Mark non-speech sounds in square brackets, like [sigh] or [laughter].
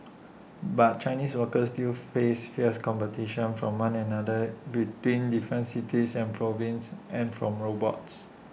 [noise] but Chinese workers still face fierce competition from one another between different cities and provinces and from robots